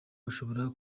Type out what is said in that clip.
bashobora